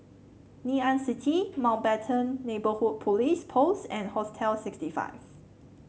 Ngee Ann City Mountbatten Neighbourhood Police Post and Hostel sixty five